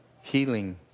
healing